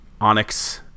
onyx